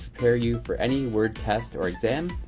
prepare you for any word test or exam,